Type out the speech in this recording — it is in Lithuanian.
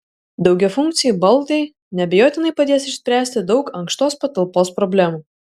daugiafunkciai baldai neabejotinai padės išspręsti daug ankštos patalpos problemų